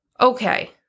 okay